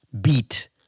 beat